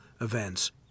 events